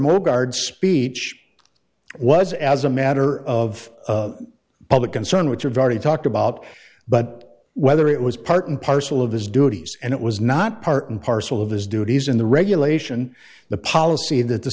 moore guard speech was as a matter of public concern which are very talked about but whether it was part and parcel of his duties and it was not part and parcel of his duties in the regulation the policy that the